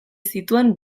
zituen